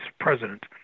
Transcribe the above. president